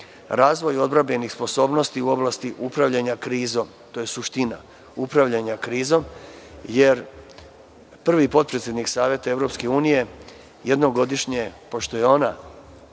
Razvoj odbrambenih sposobnosti u oblasti upravljanja krizom. To je suština upravljanja krizom, jer prvi potpredsednik Saveta EU jednom godišnje, pošto je ona